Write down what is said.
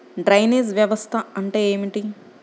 Drainage వ్యవస్థ అంటే ఏమిటి?